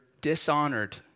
dishonored